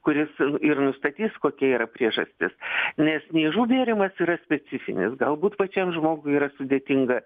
kuris ir nustatys kokia yra priežastis nes niežų bėrimas yra specifinis galbūt pačiam žmogui yra sudėtinga